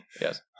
Yes